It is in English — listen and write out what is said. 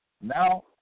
now